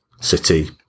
City